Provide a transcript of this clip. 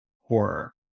horror